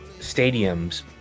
stadiums